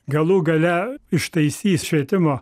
galų gale ištaisys švietimo